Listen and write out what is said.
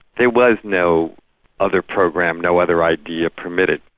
there was no other program, no other idea permitted.